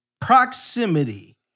proximity